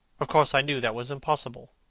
of course, i knew that was impossible.